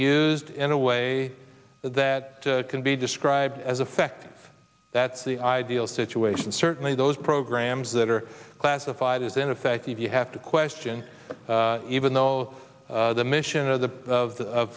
used in a way that can be described as effect that's the ideal situation certainly those programs that are classified as ineffective you have to question even though the mission of the